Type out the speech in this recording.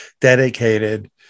dedicated